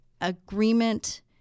agreement